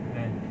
then